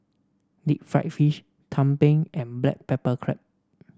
Deep Fried Fish tumpeng and Black Pepper Crab